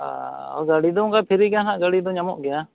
ᱜᱟᱹᱰᱤᱫᱚ ᱚᱱᱠᱟ ᱯᱷᱤᱨᱤ ᱜᱮᱭᱟ ᱦᱟᱜ ᱜᱟᱹᱰᱤ ᱫᱚ ᱧᱟᱢᱚᱜ ᱜᱮᱭᱟ